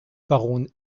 baron